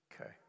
Okay